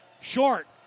Short